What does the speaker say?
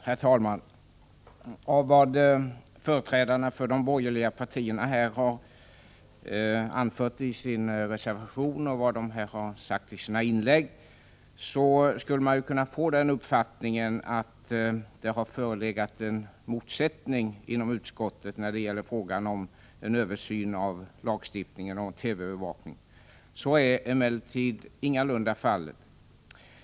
Herr talman! Av vad företrädarna för de borgerliga partierna har anfört i sin reservation och av vad de sagt i sina inlägg skulle man kunna få den uppfattningen att det har förelegat en motsättning inom utskottet när det gäller frågan om en översyn av lagstiftningen om TV-övervakning. Så är emellertid ingalunda fallet.